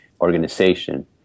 organization